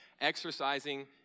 exercising